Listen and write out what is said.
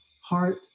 heart